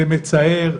זה מצער,